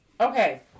Okay